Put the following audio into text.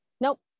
Nope